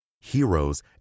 heroes